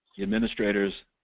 the administrators,